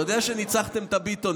אתה יודע שניצחתם את הביטונים?